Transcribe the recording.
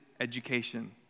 education